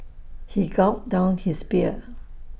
he gulped down his beer